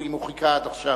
אם הוא חיכה עד עכשיו.